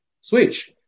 switch